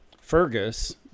Fergus